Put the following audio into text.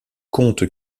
contes